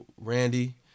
Randy